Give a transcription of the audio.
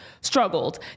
struggled